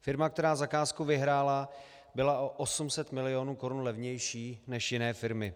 Firma, která zakázku vyhrála, byla o 800 milionů korun levnější než jiné firmy.